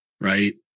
right